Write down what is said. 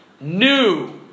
New